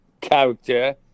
character